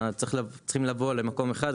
צריך לבוא למקום אחד.